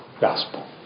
gospel